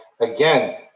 again